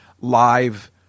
live